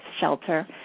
Shelter